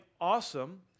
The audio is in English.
awesome